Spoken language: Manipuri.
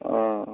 ꯑꯣ